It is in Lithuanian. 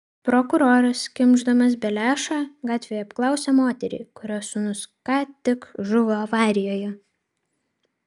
prokuroras kimšdamas beliašą gatvėje apklausia moterį kurios sūnus ką tik žuvo avarijoje